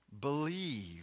believe